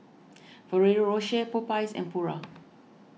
Ferrero Rocher Popeyes and Pura